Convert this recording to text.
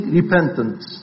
repentance